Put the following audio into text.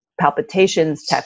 palpitations